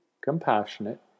compassionate